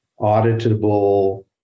auditable